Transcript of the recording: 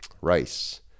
rice